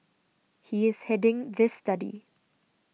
he is heading this study